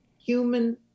human